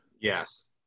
yes